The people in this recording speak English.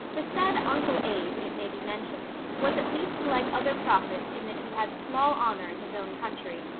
the said uncle abe, it may be mentioned, was at least like other prophets in that he had small honor in his own country.